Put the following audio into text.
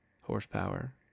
horsepower